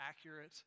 accurate